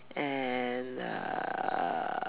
and uh